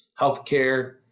Healthcare